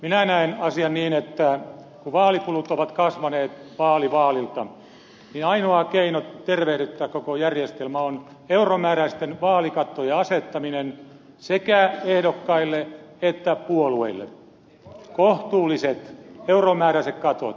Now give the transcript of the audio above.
minä näen asian niin että kun vaalikulut ovat kasvaneet vaali vaalilta niin ainoa keino tervehdyttää koko järjestelmä on euromääräisten vaalikattojen asettaminen sekä ehdokkaille että puolueille kohtuulliset euromääräiset katot